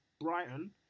Brighton